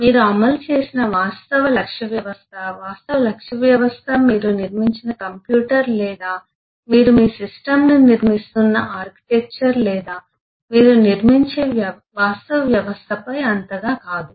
మీరు అమలు చేసిన వాస్తవ లక్ష్య వ్యవస్థ వాస్తవ లక్ష్య వ్యవస్థ మీరు నిర్మించిన కంప్యూటర్ లేదా మీరు మీ సిస్టమ్ను నిర్మిస్తున్న ఆర్కిటెక్చర్ లేదా మీరు నిర్మించే వాస్తవ వ్యవస్థ పై అంతగా కాదు